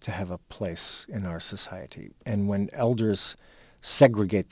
to have a place in our society and when elders segregate